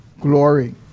glory